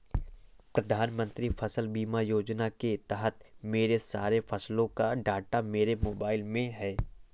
प्रधानमंत्री फसल बीमा योजना के तहत मेरे सारे फसलों का डाटा मेरे मोबाइल में है